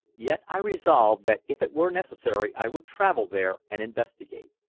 yet i resolved that if it were necessary i would travel there and investigate.